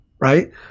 right